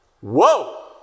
Whoa